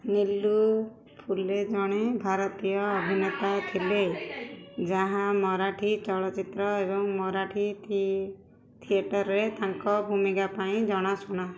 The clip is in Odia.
ନୀଲୁ ଫୁଲେ ଜଣେ ଭାରତୀୟ ଅଭିନେତା ଥିଲେ ଯାହା ମରାଠୀ ଚଳଚ୍ଚିତ୍ର ଏବଂ ମରାଠୀ ଥିଏଟର୍ରେ ତାଙ୍କ ଭୂମିକା ପାଇଁ ଜଣାଶୁଣା